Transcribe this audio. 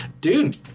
Dude